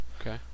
Okay